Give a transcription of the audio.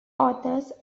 authors